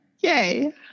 Yay